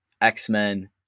X-Men